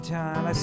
time